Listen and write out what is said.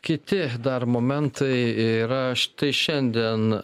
kiti dar momentai yra štai šiandien